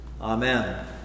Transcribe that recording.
Amen